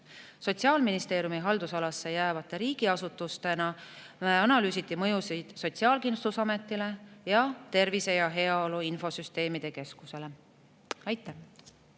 Sotsiaalministeeriumi haldusalasse jäävate riigiasutustena analüüsiti mõju Sotsiaalkindlustusametile ning Tervise ja Heaolu Infosüsteemide Keskusele. Aitäh!